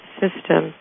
system